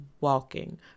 walking